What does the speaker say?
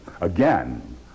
again